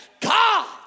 God